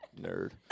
Nerd